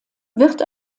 wird